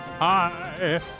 Hi